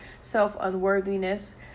self-unworthiness